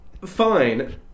Fine